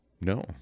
No